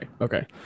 okay